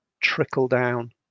trickle-down